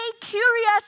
curious